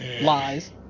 lies